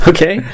Okay